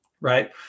Right